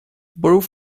borough